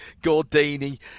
Gordini